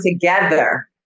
together